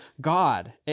God